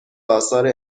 آثار